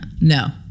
no